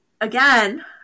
Again